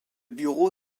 bureau